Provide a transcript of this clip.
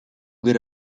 good